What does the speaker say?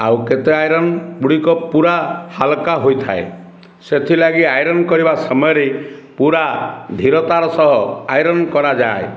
ଆଉ କେତେ ଆଇରନ୍ ଗୁଡ଼ିକ ପୁରା ହାଲ୍କା ହୋଇଥାଏ ସେଥିଲାଗି ଆଇରନ୍ କରିବା ସମୟରେ ପୁରା ଧୀରତାର ସହ ଆଇରନ୍ କରାଯାଏ